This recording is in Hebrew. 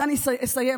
ובזה אסיים,